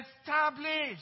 established